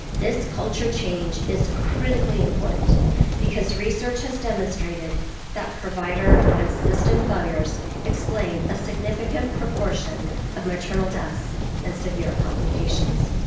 this culture change is critically important because research has demonstrated that provider and system failures explain a significant proportion of maternal deaths and severe complications.